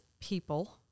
people